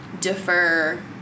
defer